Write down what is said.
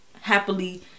happily